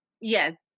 Yes